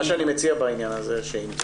אני מציע בעניין הזה שאם תוכלו,